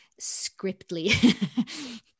scriptly